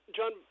John